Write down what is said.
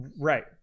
Right